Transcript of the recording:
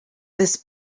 this